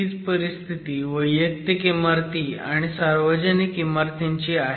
हीच परिस्थिती वैयक्तिक इमारती आणि सार्वजनिक इमारतींची आहे